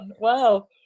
Wow